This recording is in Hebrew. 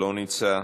לא נמצא,